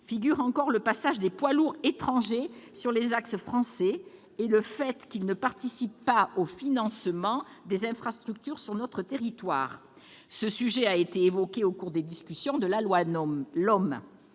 figure le passage des poids lourds étrangers sur les axes français et leur non-participation au financement des infrastructures sur notre territoire. Ce sujet a été évoqué au cours de la discussion du projet